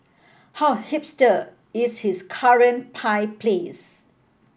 how hipster is his current pie place